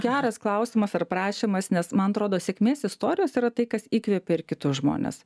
geras klausimas ar prašymas nes man atrodo sėkmės istorijos yra tai kas įkvepia ir kitus žmones